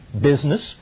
business